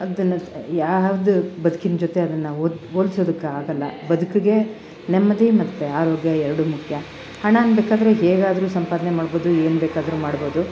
ಅದನ್ನ ಯಾವುದು ಬದುಕಿನ ಜೊತೆ ಅದನ್ನ ಹೋಲಿಸದುಕ್ಕಾಗಲ್ಲ ಬದುಕಿಗೆ ನೆಮ್ಮದಿ ಮತ್ತು ಆರೋಗ್ಯ ಎರಡೂ ಮುಖ್ಯ ಹಣಾನ ಬೇಕಾದರೆ ಹೇಗಾದರು ಸಂಪಾದನೆ ಮಾಡ್ಬೋದು ಏನು ಬೇಕಾದರು ಮಾಡ್ಬೋದು